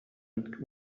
and